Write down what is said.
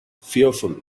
fearful